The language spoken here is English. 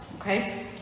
okay